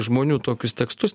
žmonių tokius tekstus